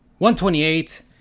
128